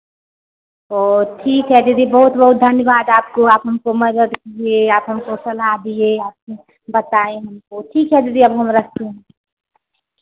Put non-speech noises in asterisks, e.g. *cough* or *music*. ओ ठीक है दीदी बहुत बहुत धन्यवाद आपको आप हमको मदद किए आप हमको सलाह दिए आप *unintelligible* बताए हमको ठीक है दीदी अब हम रखते हैं